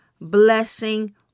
blessing